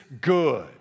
good